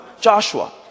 Joshua